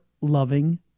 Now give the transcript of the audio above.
loving